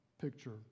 picture